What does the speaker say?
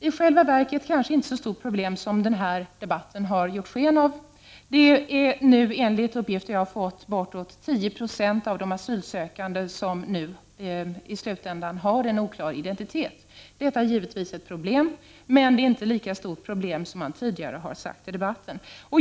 I själva verket kanske den inte är ett så stort problem som denna debatt har gett sken av. Enligt de uppgifter jag har fått är det nu bortåt 10 90 av de asylsökande som i slutändan har en oklar identitet. Detta är givetvis ett problem, men det är inte ett lika stort problem som man tidigare har sagt i debatten.